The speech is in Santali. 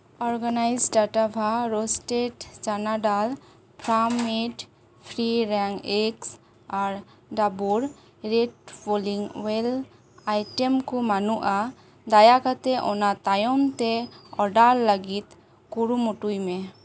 ᱚᱨᱜᱟᱱᱤᱠ ᱴᱟᱴᱟᱵᱷᱟ roasted chana dal farm made free range eggs ᱟᱨ ᱰᱟᱵᱚᱨ ᱨᱮᱰ ᱯᱳᱞᱤᱝ ᱳᱭᱮᱞ ᱟᱭᱴᱮᱢ ᱠᱩ ᱵᱟᱹᱱᱩᱜᱼᱟ ᱫᱟᱭᱟᱠᱟᱛᱮ ᱚᱱᱟ ᱛᱟᱭᱚᱢ ᱛᱮ ᱚᱰᱟᱨ ᱞᱟᱹᱜᱤᱫ ᱠᱩᱨᱩᱢᱩᱴᱩᱭ ᱢᱮ